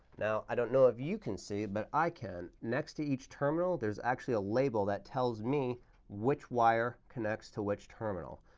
now, i don't know if you can see, but i can, next to each terminal there's actually a label that tells me which wire connects to which terminal.